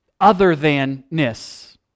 other-than-ness